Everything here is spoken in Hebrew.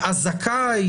בהרתעה,